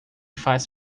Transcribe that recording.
faz